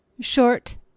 short